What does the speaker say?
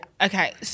Okay